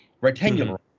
rectangular